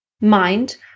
mind